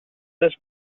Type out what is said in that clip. this